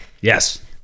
yes